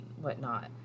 whatnot